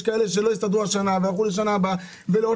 יש נשים שלא הסתדרו השנה ועברו לשנה הבאה ולעוד